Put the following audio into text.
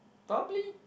probably